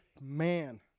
man